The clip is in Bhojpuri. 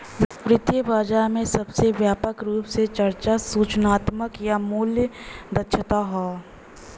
वित्तीय बाजार में सबसे व्यापक रूप से चर्चा सूचनात्मक या मूल्य दक्षता हौ